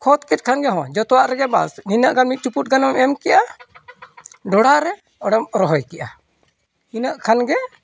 ᱠᱷᱚᱛ ᱠᱮᱜ ᱠᱷᱟᱱ ᱜᱮ ᱦᱮᱸ ᱡᱚᱛᱚᱣᱟᱜ ᱨᱮᱜᱮ ᱵᱟᱥᱱᱤᱱᱟᱹᱜ ᱜᱟᱱ ᱢᱤᱫ ᱪᱩᱯᱩᱜ ᱜᱟᱱᱮᱢ ᱮᱢ ᱠᱮᱜᱼᱟ ᱰᱷᱚᱲᱟ ᱨᱮ ᱚᱸᱰᱮᱢ ᱨᱚᱦᱚᱭ ᱠᱮᱜᱼᱟ ᱤᱱᱟᱹᱜ ᱠᱷᱟᱱ ᱜᱮ